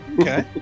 Okay